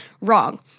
Wrong